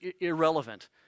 irrelevant